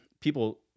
people